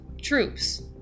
troops